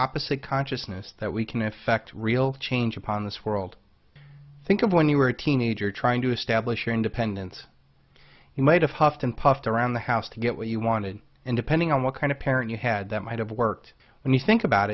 opposite consciousness that we can effect real change upon this world i think of when you were a teenager trying to establish your independence you might have huffed and puffed around the house to get what you wanted and depending on what kind of parent you had that might have worked and you think about